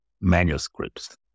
manuscripts